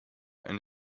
and